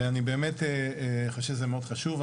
ואני באמת חושב שזה מאוד חשוב.